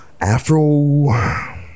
Afro